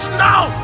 now